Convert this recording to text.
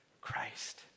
Christ